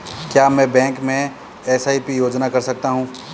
क्या मैं बैंक में एस.आई.पी योजना कर सकता हूँ?